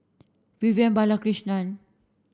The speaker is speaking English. Vivian Balakrishnan